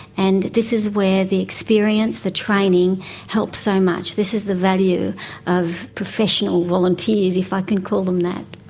and this is where the experience, the training helps so much, this is the value of professional volunteers, if i can call them that.